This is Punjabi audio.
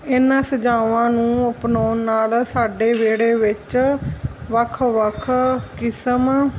ਇਹਨਾਂ ਸਜ਼ਾਵਾਂ ਨੂੰ ਅਪਣਾਉਣ ਨਾਲ ਸਾਡੇ ਵਿਹੜੇ ਵਿੱਚ ਵੱਖ ਵੱਖ ਕਿਸਮ